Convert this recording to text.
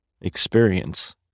experience